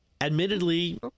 admittedly